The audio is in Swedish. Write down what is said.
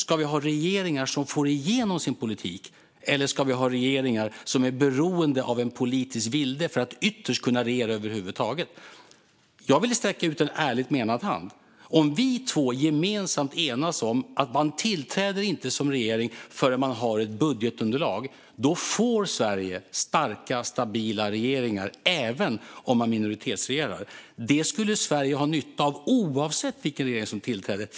Ska vi ha regeringar som får igenom sin politik eller ska vi ha regeringar som är beroende av en politisk vilde för att kunna regera över huvud taget? Jag vill sträcka ut en ärligt menad hand. Om vi två gemensamt enas om att man inte tillträder som regering förrän man har ett budgetunderlag får Sverige starka, stabila regeringar även om man regerar i minoritet. Det skulle Sverige ha nytta av oavsett vilken regering som tillträder.